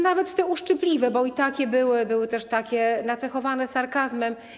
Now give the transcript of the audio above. Nawet te uszczypliwe, bo i takie były, były też takie nacechowane sarkazmem.